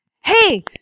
hey